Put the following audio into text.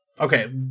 Okay